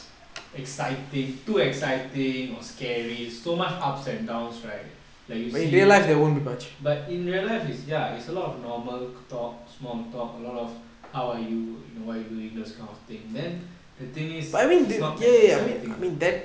exciting too exciting or scary so much ups and downs right like you see but in real life it's ya it's a lot of normal talk small talk a lot of how are you you know what you doing those kind of thing then the thing is is not that exciting lah